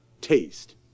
Taste